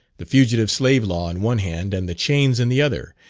the fugitive slave law in one hand and the chains in the other,